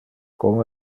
como